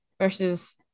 versus